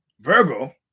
Virgo